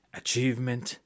achievement